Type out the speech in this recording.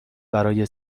برای